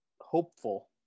hopeful